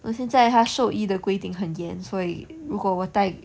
我现在他兽医的规定很严所以如果我带